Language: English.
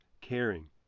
caring